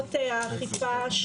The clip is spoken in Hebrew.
מצלמות האכיפה,